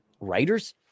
writers